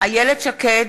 מצביע איילת שקד,